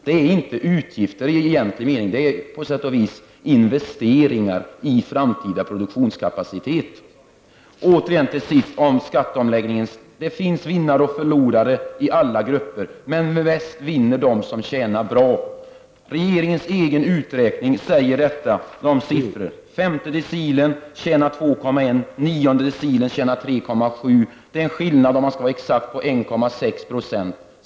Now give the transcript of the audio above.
Det är inte utgift i egentlig mening, det är på sätt och vis investeringar i framtida produktionskapacitet. Till sist vill jag angående skatteomläggningen säga att det finns vinnare och förlorare i alla grupper, men mest vinner de som tjänar bra. Regeringens egen uträkning säger detta. Den femte decilen tjänar 2,1 % och den nionde decilen tjänar 3,7 %. Det är en skillnad, om man skall vara exakt, på 1,6 %.